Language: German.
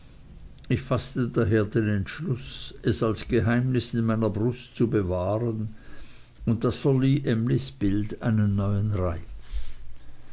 ich faßte daher den entschluß es als geheimnis in meiner brust zu bewahren und das verlieh emlys bild einen neuen reiz